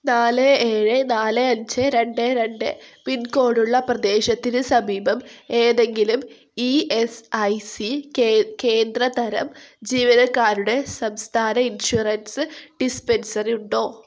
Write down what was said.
നാല് ഏഴ് നാല് അഞ്ച് രണ്ട് രണ്ട് പിൻകോഡുള്ള പ്രദേശത്തിന് സമീപം ഏതെങ്കിലും ഇ എസ് ഐ സി കേന്ദ്രതരം ജീവനക്കാരുടെ സംസ്ഥാന ഇൻഷുറൻസ് ഡിസ്പെൻസറി ഉണ്ടോ